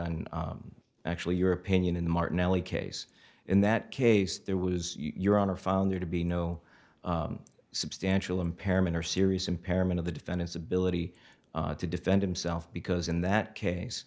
on actually your opinion in martinelli case in that case there was your honor found there to be no substantial impairment or serious impairment of the defendant's ability to defend himself because in that case